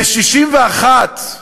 ב-61,